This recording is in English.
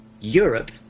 Europe